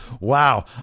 Wow